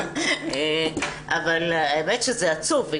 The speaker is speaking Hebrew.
אבל האמת שזה עצוב.